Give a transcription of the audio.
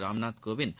Ramnath Kovind